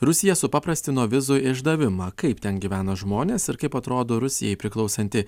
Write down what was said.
rusija supaprastino vizų išdavimą kaip ten gyvena žmonės ir kaip atrodo rusijai priklausanti